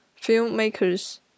filmmakers